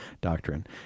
doctrine